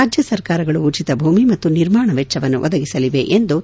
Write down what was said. ರಾಜ್ಯ ಸರ್ಕಾರಗಳು ಉಟಿತ ಭೂಮಿ ಮತ್ತು ನಿರ್ಮಾಣ ವೆಚ್ಚವನ್ನು ಒದಗಿಸಲಿವೆ ಎಂದು ತಿಳಿಸಿದರು